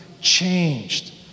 changed